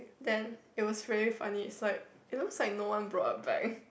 then it was really funny it's like it looks like no one brought a bag